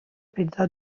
پیتزا